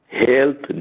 health